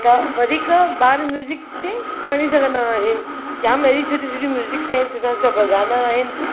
त वधीक ॿार म्युज़िक ते खणी सघंदा आहिनि जाम अहिड़ी सुठी सुठी म्युज़िक्स आहिनि सुठा सुठा भ गाना आहिनि